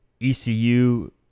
ECU